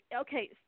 Okay